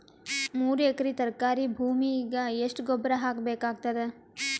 ಮೂರು ಎಕರಿ ತರಕಾರಿ ಭೂಮಿಗ ಎಷ್ಟ ಗೊಬ್ಬರ ಹಾಕ್ ಬೇಕಾಗತದ?